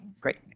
Great